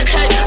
Hey